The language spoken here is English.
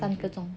三个钟